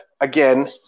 again